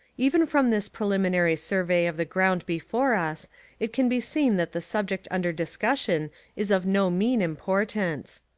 even from this preliminary survey of the ground before us it can be seen that the subject under discussion is of no mean importance.